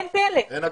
ואין פלא.